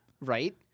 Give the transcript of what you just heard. right